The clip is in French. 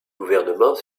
gouvernement